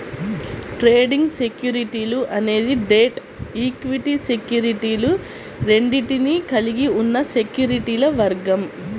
trading సెక్యూరిటీలు అనేది debt, equity సెక్యూరిటీలు రెండింటినీ కలిగి ఉన్న సెక్యూరిటీల వర్గం